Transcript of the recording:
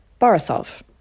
Borisov